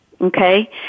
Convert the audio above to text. Okay